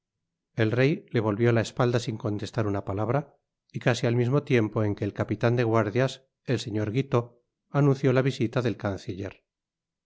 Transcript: el rey le volvió la espalda sin contestar una palabra y casi al mismo tiempo en que el capitan de guardias el señor guitaut anunció la visita del canciller